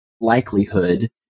likelihood